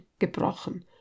gebrochen